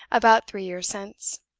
about three years since.